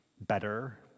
better